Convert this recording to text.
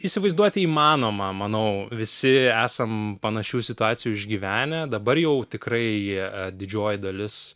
įsivaizduoti įmanoma manau visi esam panašių situacijų išgyvenę dabar jau tikrai didžioji dalis